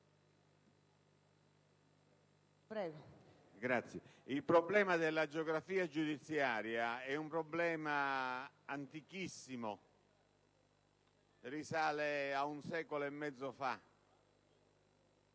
Quello della geografia giudiziaria è un problema antichissimo: risale a un secolo e mezzo fa.